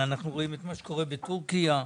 כי אנחנו רואים מה שקורה בטורקיה ובסוריה.